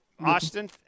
Austin